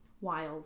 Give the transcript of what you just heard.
Wild